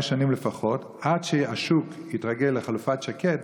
שנים לפחות עד שהשוק יתרגל לחלופת שקד,